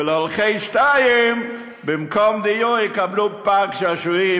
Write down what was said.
והולכים על שתיים במקום דיור יקבלו פארק שעשועים,